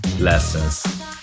lessons